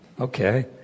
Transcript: okay